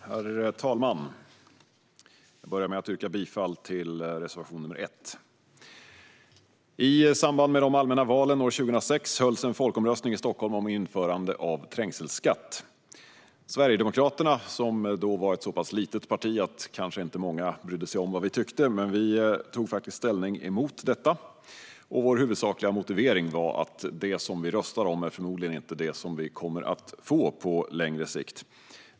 Herr talman! Jag börjar med att yrka bifall till reservation nr 1. I samband med de allmänna valen år 2006 hölls en folkomröstning i Stockholm om införande av trängselskatt. Sverigedemokraterna, som då var ett så pass litet parti att många kanske inte brydde sig inte om vad vi tyckte, tog ställning emot detta. Vår huvudsakliga motivering var att det vi röstade om förmodligen inte var det vi skulle få på längre sikt.